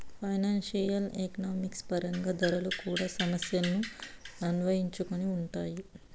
financial economics పరంగా ధరలు కూడా సమస్యలను అన్వయించుకొని ఉంటాయి